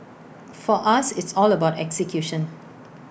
for us it's all about execution